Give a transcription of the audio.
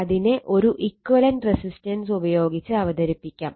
അതിനെ ഒരു equivalent resistance ഉപയോഗിച്ച് അവതരിപ്പിക്കാം